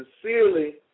sincerely